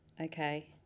Okay